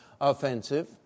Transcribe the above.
offensive